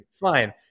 Fine